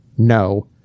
No